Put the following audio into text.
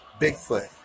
Bigfoot